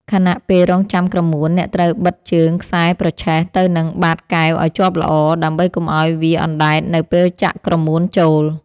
ខណៈពេលរង់ចាំក្រមួន អ្នកត្រូវបិទជើងខ្សែប្រឆេះទៅនឹងបាតកែវឱ្យជាប់ល្អ ដើម្បីកុំឱ្យវាអណ្ដែតនៅពេលចាក់ក្រមួនចូល។